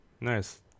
nice